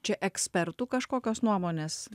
čia ekspertų kažkokios nuomonės